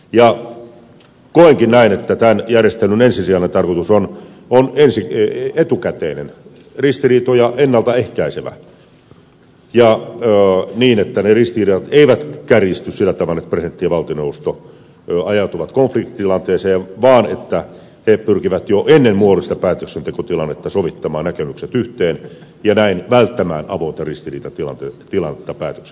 koenkin näin että tämän järjestelyn ensisijainen tarkoitus on etukäteinen ristiriitoja ennalta ehkäisevä ja niin että ne ristiriidat eivät kärjisty sillä tavalla että presidentti ja valtioneuvosto ajautuvat konfliktitilanteeseen vaan että he pyrkivät jo ennen muodollista päätöksentekotilannetta sovittamaan näkemykset yhteen ja näin välttämään avointa ristiriitatilannetta päätöksenteossa